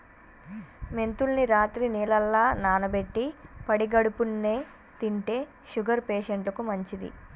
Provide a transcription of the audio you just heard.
మెంతుల్ని రాత్రి నీళ్లల్ల నానబెట్టి పడిగడుపున్నె తింటే షుగర్ పేషంట్లకు మంచిది